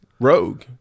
Rogue